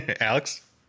Alex